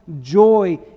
Joy